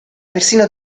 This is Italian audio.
persino